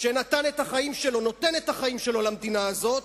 שנותן את החיים שלו למדינה הזאת,